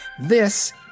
This